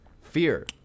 Fear